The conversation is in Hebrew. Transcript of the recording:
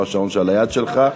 ולא השעון שעל היד שלך.